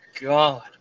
God